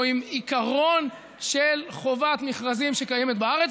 או עם עיקרון של חובת מכרזים שקיימת בארץ,